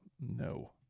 No